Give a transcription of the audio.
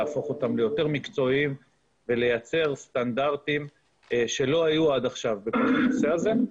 להפוך אותם למקצועיים יותר ולייצר סטנדרטים שלא היו עד עכשיו בנושא הזה.